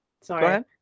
Sorry